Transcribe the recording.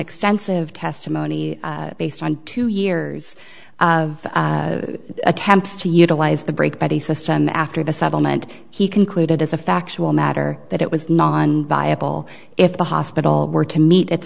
extensive testimony based on two years of attempts to utilize the break body system after the settlement he concluded as a factual matter that it was not on viable if the hospital were to meet it